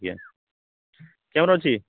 ୟା camera ଅଛି